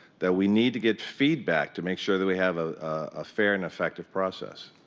that we need to get feedback to make sure that we have ah a fair and effective process.